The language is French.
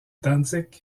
dantzig